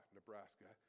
Nebraska